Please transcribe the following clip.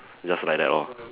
just like that lor